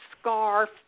scarf